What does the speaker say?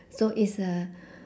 so it's a